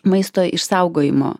maisto išsaugojimo